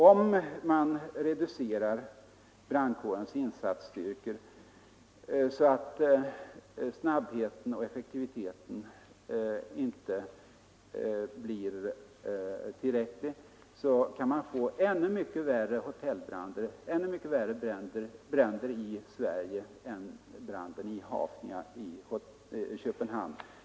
Om man reducerar brandkårernas insatsstyrkor så att snabbheten och effektiviteten inte blir tillräcklig, kan man få ännu mycket värre bränder i Sverige än Hafnia-branden i Köpenhamn.